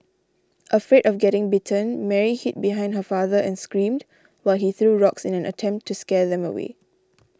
afraid of getting bitten Mary hid behind her father and screamed while he threw rocks in an attempt to scare them away